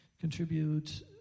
contribute